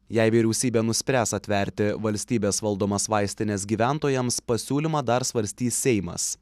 jei vyriausybė nuspręs atverti valstybės valdomas vaistines gyventojams pasiūlymą dar svarstys seimas